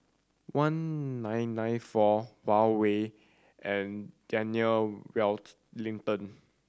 one nine nine four Huawei and Daniel